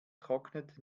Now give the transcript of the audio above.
trocknet